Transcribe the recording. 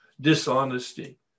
dishonesty